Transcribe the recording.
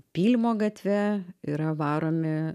pylimo gatve yra varomi